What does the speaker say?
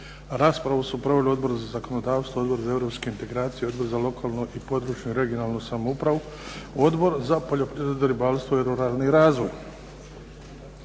Raspravu su proveli Odbor za zakonodavstvo, Odbor za europske integracije, Odbor za lokalnu i područnu (regionalnu) samoupravu, Odbor za poljoprivredu, ribarstvo i ruralni razvoj.